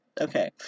Okay